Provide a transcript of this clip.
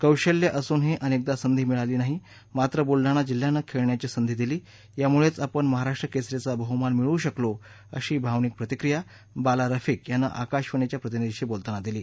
कौशल्य असूनही अनेकदा संधी मिळाली नाही मात्र बुलडाणा जिल्ह्यानं खेळण्याची संधी दिली यामुळेच आपण महाराष्ट्र केसरीचा बहुमान मिळवू शकलो अशी भावनिक प्रतिक्रिया बाला रफिक यानं आकाशवाणी च्या प्रतिनिधीशी बोलताना दिली